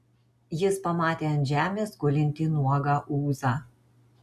jis pamatė ant žemės gulintį nuogą ūzą